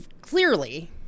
clearly